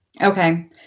Okay